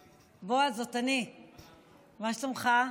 בועז, זאת אני, מה שלומך?